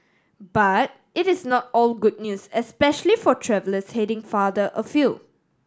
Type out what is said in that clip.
but it is not all good news especially for travellers heading farther afield